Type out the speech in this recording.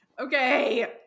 Okay